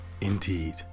Indeed